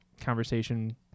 conversation